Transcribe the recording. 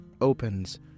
opens